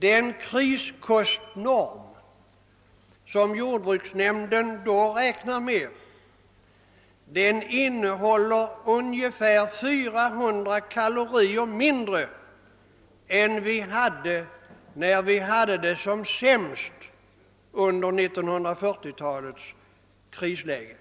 Den kriskostnorm som jordbruksnämnden därvid räknar med är ungefär 400 kalorier lägre än vi hade under krisläget på 1940-talet, då vi hade det som sämst.